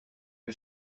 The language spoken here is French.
que